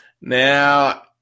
now